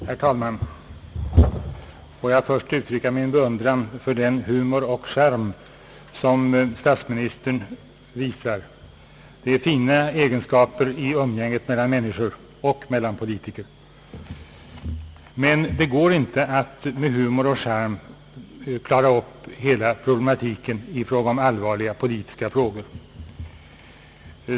Herr talman! Låt mig först uttrycka min beundran för den humor och charm som statsministern visar. Det är fina egenskaper i umgänget mellan människor och mellan politiker. Men det går inte att med humor och charm klara upp hela problematiken i fråga om allvarliga politiska frågor.